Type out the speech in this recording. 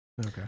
Okay